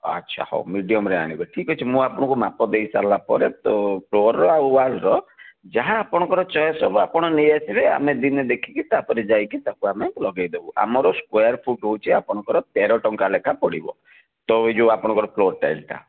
ଆଚ୍ଛା ହେଉ ମିଡିଅମ୍ରେ ଆଣିବେ ଠିକ୍ ଅଛି ମୁଁ ଆପଣଙ୍କୁ ମାପ ଦେଇସାରିଲା ପରେ ତ ଫ୍ଲୋର୍ର ଆଉ ୱାଲ୍ର ଯାହା ଆପଣଙ୍କର ଚଏସ୍ ହେବ ଆପଣ ନେଇଆସିବେ ଆମେ ଦିନେ ଦେଖିକି ତାପରେ ଯାଇକି ତାକୁ ଆମେ ଲଗାଇଦେବୁ ଆମର ସ୍କୋୟାର ଫୁଟ୍ ହେଉଛି ଆପଣଙ୍କର ତେର ଟଙ୍କା ଲେଖାଁ ପଡ଼ିବ ତ ଏଇ ଯେଉଁ ଆପଣଙ୍କର ଫ୍ଲୋର୍ ଟାଇଲ୍ଟା